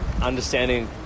understanding